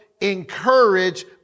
encourage